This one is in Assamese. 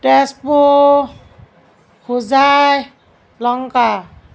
তেজপুৰ হোজাই লংকা